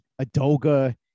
Adoga